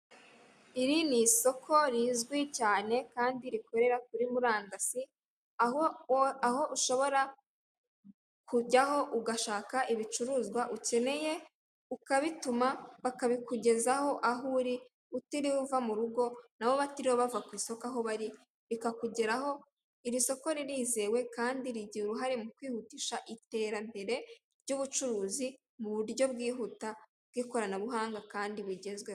Iri ni isoko rizwi cyane kandi rikorera kuri Murandasi, aho ushobora kujyaho ugashaka ibicuruzwa ukeneye, ukabituma bakabikugezaho aho uri utiriwe uva mu rugo nabo batiriba baza ku isoko aho bari bakakugeraho, iri soko ririzewe kandi rigira uruhare mu kwihutisha iterambere ry'ubucuruzi mu buryo bwihuta bw'ikoranabuhanga kandi bugezweho.